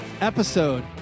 episode